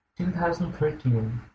2013